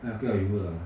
啊不要游了